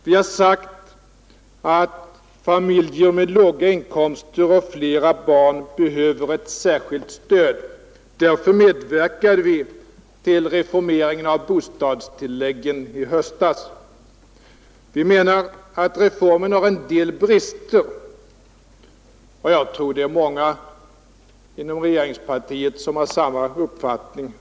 Vi har sagt att familjer med låga inkomster och flera barn behöver ett särskilt stöd. Därför medverkade vi till reformeringen av bostadstilläggen i höstas. Vi menar att reformen har en del brister, och jag tror att det är många inom regeringspartiet som har samma uppfattning.